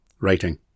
writing